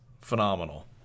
phenomenal